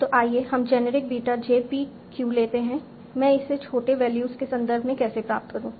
तो आइए हम generic beta j p q लेते हैं मैं इसे छोटे वैल्यूज के संदर्भ में कैसे प्राप्त करूं